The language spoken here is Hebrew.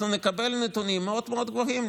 אנחנו נקבל נתונים מאוד מאוד גבוהים,